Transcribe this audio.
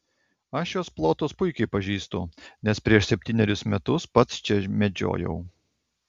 aš šiuos plotus puikiai pažįstu nes prieš septynerius metus pats čia medžiojau